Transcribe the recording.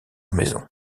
maison